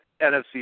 NFC